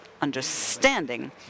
understanding